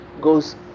goes